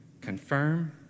confirm